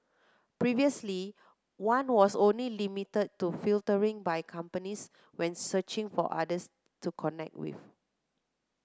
previously one was only limited to filtering by companies when searching for others to connect with